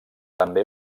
també